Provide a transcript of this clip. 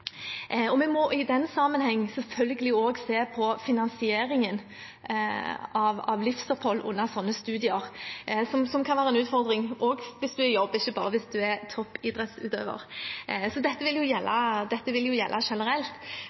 Vi må i den sammenheng selvfølgelig også se på finansieringen av livsopphold under slike studier, som kan være en utfordring også hvis en jobber, ikke bare hvis en er toppidrettsutøver. Så dette vil gjelde